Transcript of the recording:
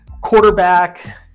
quarterback